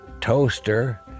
toaster